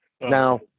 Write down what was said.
Now